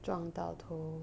撞到头